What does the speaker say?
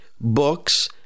books